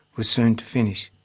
was soon to finish.